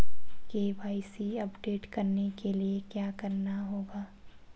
KYC update करने के लिए क्या करना होगा?